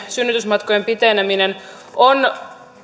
synnytysmatkojen piteneminen on